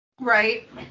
right